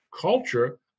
culture